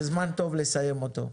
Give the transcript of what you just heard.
זה זמן טוב לסיים אותו.